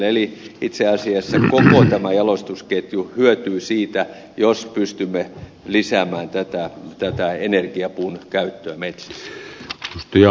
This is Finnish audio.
eli itse asiassa koko tämä jalostusketju hyötyy siitä jos pystymme lisäämään tätä energiapuun käyttöä metsissä